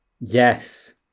Yes